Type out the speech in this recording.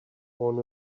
want